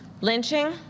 lynching